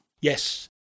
Yes